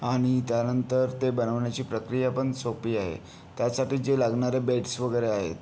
आणि त्यानंतर ते बनवण्याची प्रक्रिया पण सोपी आहे त्यासाठी जे लागणारे बेडस् वगैरे आहेत